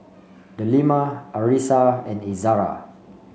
Delima Arissa and Izzara